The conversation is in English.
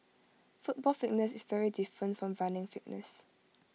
football fitness is very different from running fitness